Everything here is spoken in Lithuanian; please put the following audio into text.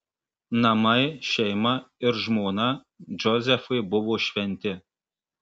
namai šeima ir žmona džozefui buvo šventi